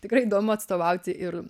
tikrai įdomu atstovauti ir